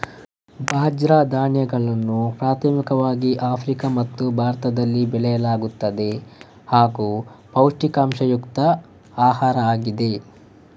ಬಾಜ್ರ ಧಾನ್ಯವನ್ನು ಪ್ರಾಥಮಿಕವಾಗಿ ಆಫ್ರಿಕಾ ಮತ್ತು ಭಾರತದಲ್ಲಿ ಬೆಳೆಯಲಾಗುತ್ತದೆ ಹಾಗೂ ಪೌಷ್ಟಿಕಾಂಶಯುಕ್ತ ಆಹಾರ ಆಗಿವೆ